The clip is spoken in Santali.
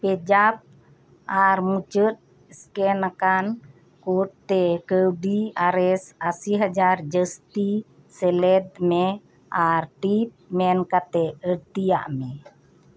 ᱯᱮᱡᱟᱯ ᱟᱨ ᱢᱩᱪᱟᱹᱫ ᱥᱠᱮᱱᱟᱠᱟᱱ ᱠᱚᱴᱛᱮ ᱠᱟᱹᱣᱰᱤ ᱟᱨᱮᱥ ᱟᱥᱤ ᱦᱟᱡᱟᱨ ᱡᱟᱹᱥᱛᱤ ᱥᱮᱞᱮᱰ ᱢᱮ ᱟᱨᱴᱤᱯ ᱢᱮᱱᱠᱟᱛᱮᱜ ᱟᱹᱲᱛᱤᱭᱟᱜ ᱢᱮ